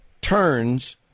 turns